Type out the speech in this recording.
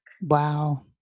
Wow